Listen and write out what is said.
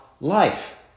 life